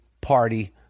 party